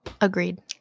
Agreed